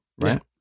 right